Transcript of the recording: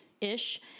ish